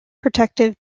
protective